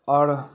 आओर